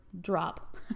drop